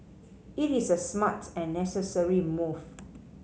it is a smart and necessary move